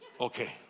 Okay